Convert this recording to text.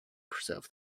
preserve